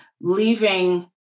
leaving